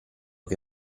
che